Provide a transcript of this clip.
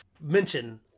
mention